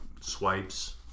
swipes